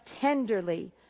tenderly